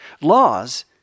Laws